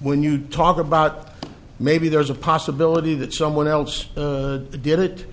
when you talk about maybe there's a possibility that someone else did it